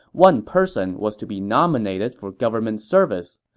one person was to be nominated for government service.